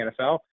NFL